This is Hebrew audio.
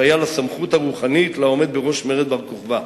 שהיה לסמכות הרוחנית לעומד בראש מרד בר-כוכבא.